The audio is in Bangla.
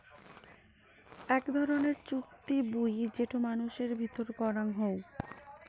আক ধরণের চুক্তি বুই যেটো মানুষের ভিতরে করাং হউ